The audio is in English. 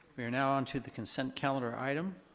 we are now onto the consent calendar item.